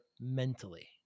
mentally